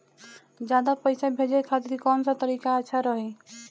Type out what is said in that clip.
ज्यादा पईसा भेजे खातिर कौन सा तरीका अच्छा रही?